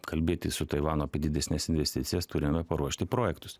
kalbėtis su taivanu apie didesnes investicijas turime paruošti projektus